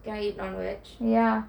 guide on which ya